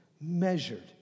measured